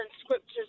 scriptures